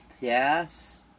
yes